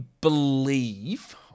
believe